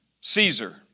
Caesar